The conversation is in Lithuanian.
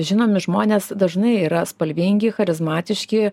žinomi žmonės dažnai yra spalvingi charizmatiški